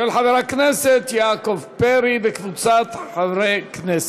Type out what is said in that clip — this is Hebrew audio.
של חבר הכנסת יעקב פרי וקבוצת חברי כנסת,